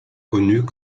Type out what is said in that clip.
connus